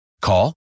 Call